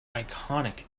iconic